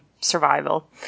survival